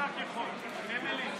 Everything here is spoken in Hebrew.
אמילי,